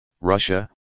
Russia